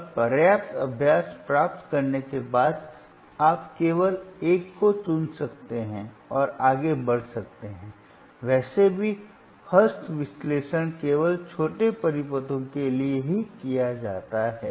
और पर्याप्त अभ्यास प्राप्त करने के बाद आप केवल एक को चुन सकते हैं और आगे बढ़ सकते हैं वैसे भी हस्त विश्लेषण केवल छोटे परिपथों के लिए ही किया जाता है